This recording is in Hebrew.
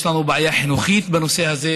זה להפוך את כולם לשוטרים.